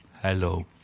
Hello